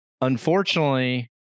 unfortunately